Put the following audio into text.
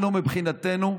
אנחנו, מבחינתנו,